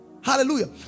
Hallelujah